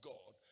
God